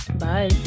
Bye